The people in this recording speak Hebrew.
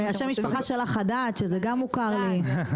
ושם המשפחה שלך חדד, שזה גם מוכר לי.